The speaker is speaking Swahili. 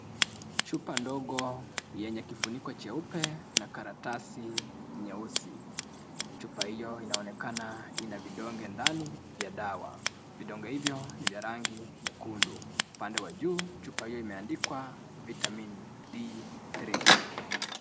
Chupa ndogo yenye kifuniko cheupe na karatasi nyeusi. Chupa hiyo inaonekana ina vidonge ndani ya dawa. Vidonge hivyo ni vya rangi nyekundu. Upande wa juu chupa hiyo imeandikwa vitamini d3 .